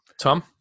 Tom